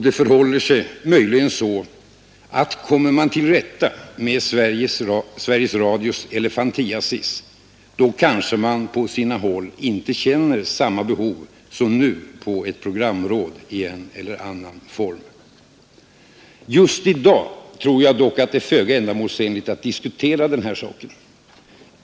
Det förhåller sig möjligen så, att kommer man till rätta med Sveriges Radios elefantiasis, då kanske man på sina håll inte känner samma behov som nu av ett programråd i en eller annan form. Just i dag tror jag dock att det är föga ändamålsenligt att diskutera den här frågan.